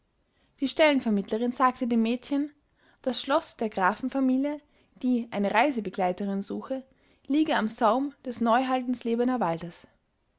die stellenvermittlerin sagte dem mädchen das schloß der grafenfamilie die eine reisebegleiterin suche liege am saum des neuhaldenslebener waldes